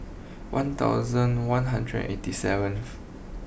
one thousand one hundred eighty seventh